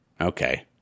Okay